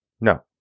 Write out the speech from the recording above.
No